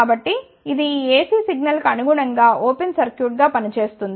కాబట్టి ఇది ఈ AC సిగ్నల్కు అనుగుణంగా ఓపెన్ సర్క్యూట్గా పని చేస్తుంది